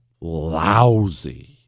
lousy